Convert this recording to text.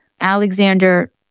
Alexander